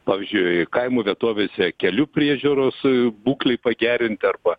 pavyzdžiui kaimo vietovėse kelių priežiūros būklei pagerinti arba